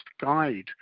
guide